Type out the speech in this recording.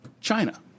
China